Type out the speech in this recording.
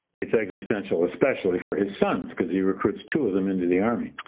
it's existential especially for his sons because he recruits two of them into the army.